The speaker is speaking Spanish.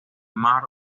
mar